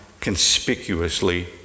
conspicuously